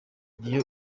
gihe